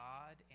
God